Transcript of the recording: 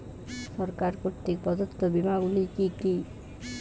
সরকার কর্তৃক প্রদত্ত বিমা গুলি কি কি?